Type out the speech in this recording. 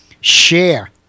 share